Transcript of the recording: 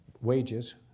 wages